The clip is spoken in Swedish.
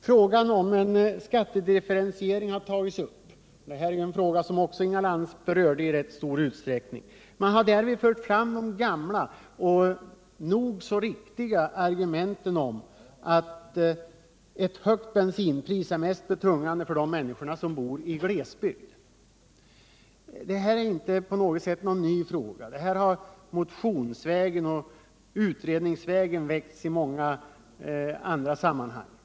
Frågan om en skattedifferentiering har sålunda tagits upp, och den berörde ju också Inga Lantz ganska ingående. Därvid har man fört fram det gamla och nog så riktiga argumentet att ett högt bensinpris är mest betungande för de människor som bor i glesbygd. Det är ju inte någon ny fråga. Den har behandlats i motioner och i utredningar i många andra sammanhang.